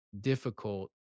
difficult